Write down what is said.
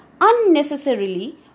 unnecessarily